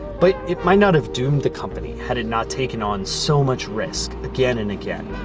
but it might not have doomed the company had it not taken on so much risk, again and again.